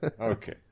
Okay